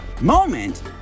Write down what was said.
moment